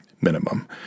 minimum